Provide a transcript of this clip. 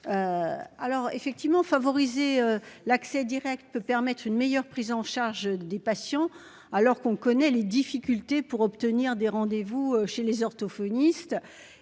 Alors effectivement, favoriser l'accès Direct peut permettre une meilleure prise en charge des patients, alors qu'on connaît les difficultés pour obtenir des rendez vous chez les orthophonistes.